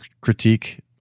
critique